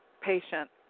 patient